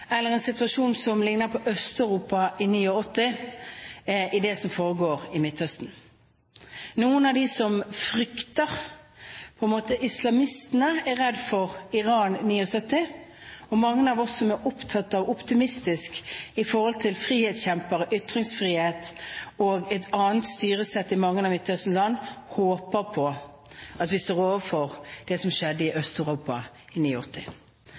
eller en situasjon som ligner på Øst-Europa i 1989? Noen av dem som frykter islamistene, er redde for at det ligner Iran i 1979, og mange av oss som er opptatt av å være optimistiske i forhold til frihetskjempere, ytringsfrihet og et annet styresett i mange land i Midtøsten, håper på at vi står overfor noe som ligner det som skjedde i Øst-Europa i